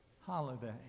holiday